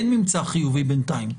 אין ממצא חיובי בינתיים.